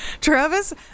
Travis